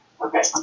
Okay